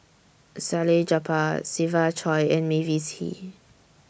Salleh Japar Siva Choy and Mavis Hee